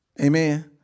Amen